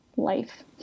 life